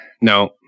no